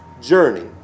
journey